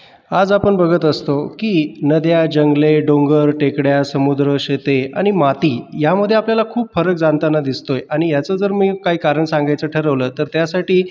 आज आपण बघत असतो की नद्या जंगले डोंगर टेकड्या समुद्र शेती आणि माती यामध्ये आपल्याला खूप फरक जाणताना दिसतोय आणि याचं जर मी काही कारण सांगायचं ठरवलं तर त्यासाठी